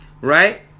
right